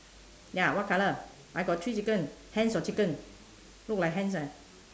ya what colour I got three chicken hens or chicken look like hens eh